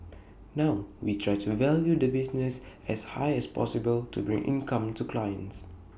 now we try to value the business as high as possible to bring income to clients